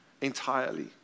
Entirely